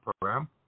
program